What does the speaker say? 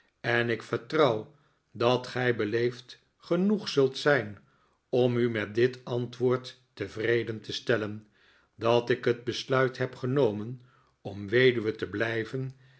en ik vertrouw dat gij beleefd genoeg zult zijn om u met dit antwoord tevreden te stellen dat ik het besluit heb genomen om weduwe te blijven